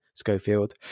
Schofield